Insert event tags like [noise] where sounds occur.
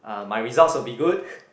uh my results will be good [breath]